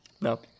no